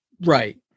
Right